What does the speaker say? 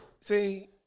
See